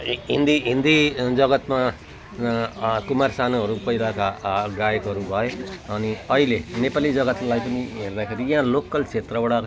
हिन्दी हिन्दी जगत्मा कुमार सानुहरू पहिलाका गायकहरू भए अनि अहिले नेपाली जगत्लाई पनि हेर्दाखेरि यहाँ लोकल क्षेत्रबाट